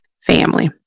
family